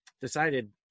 decided